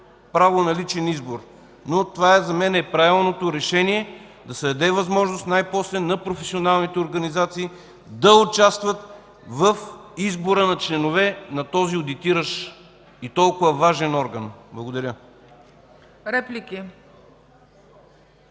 право на личен избор. Но това за мен е правилното решение – да се даде възможност най-после на професионалните организации да участват в избора на членове на този одитиращ и толкова важен орган. Благодаря.